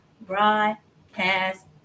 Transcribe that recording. broadcast